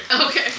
Okay